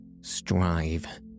strive